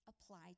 apply